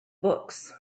books